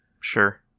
Sure